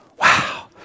Wow